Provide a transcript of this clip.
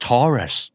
Taurus